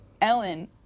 Ellen